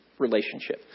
relationship